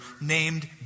named